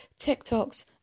TikToks